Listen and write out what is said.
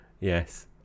Yes